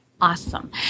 Awesome